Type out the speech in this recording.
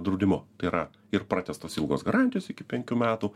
draudimu tai yra ir pratęstos ilgos garantijos iki penkių metų